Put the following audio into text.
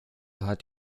hat